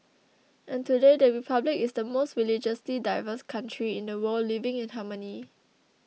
and today the Republic is the most religiously diverse country in the world living in harmony